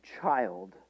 child